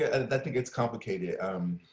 and think it's complicated.